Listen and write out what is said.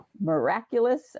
miraculous